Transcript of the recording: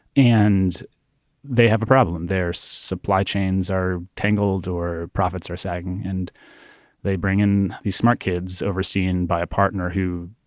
and they have a problem. their supply chains are tangled or profits are sagging. and they bring in these smart kids overseen by a partner who,